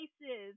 places